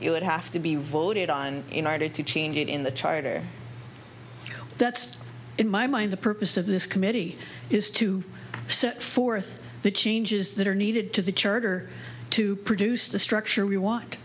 it would have to be revoted on united to change it in the charter that's in my mind the purpose of this committee is to set forth the changes that are needed to the church to produce the structure we want